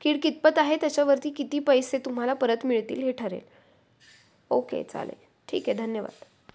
कीड कितपत आहे त्याच्यावरती किती पैसे तुम्हाला परत मिळतील हे ठरेल ओके चालेल ठीक आहे धन्यवाद